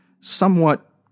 somewhat